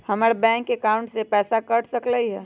हमर bank account से पैसा कट सकलइ ह?